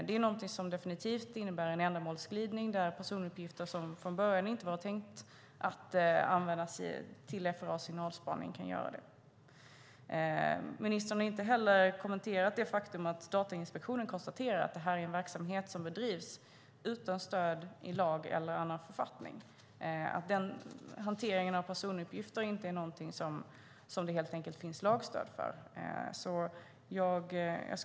Det innebär definitivt en ändamålsglidning då personuppgifter som från början inte var tänkta att användas i FRA:s signalspaning nu kan användas. Ministern har inte heller kommenterat att Datainspektionen konstaterar att det är en verksamhet som bedrivs utan stöd i lag eller annan författning. Det finns helt enkelt inget lagstöd för en sådan hantering av personuppgifter.